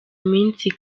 minsi